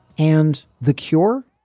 and the cure.